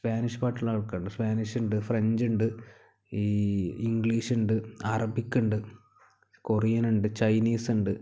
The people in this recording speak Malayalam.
സ്പാനിഷ് പാട്ടുള്ള ആൾക്കാർ ഉണ്ട് സ്പാനീഷ് ഉണ്ട് ഫ്രഞ്ച് ഉണ്ട് ഈ ഇംഗ്ലീഷ് ഉണ്ട് അറബിക്ക് ഉണ്ട് കൊറിയൻ ഉണ്ട് ചൈനീസ് ഉണ്ട്